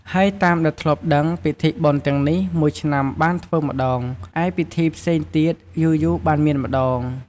ហើយតាមដែលធ្លាប់ដឹងពិធីបុណ្យទាំងនេះមួយឆ្នាំបានធ្វើម្ដង ឯពិធីផ្សេងទៀតយូរៗបានមានម្ដង។